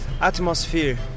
atmosphere